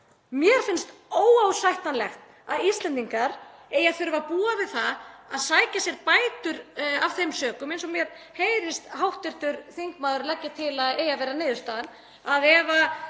Mér finnst óásættanlegt að Íslendingar eigi að þurfa að búa við það að sækja sér bætur af þeim sökum, eins og mér heyrist hv. þingmaður leggja til að eigi að vera niðurstaðan, að ef